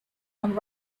and